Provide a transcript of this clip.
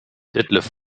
detlef